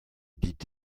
dit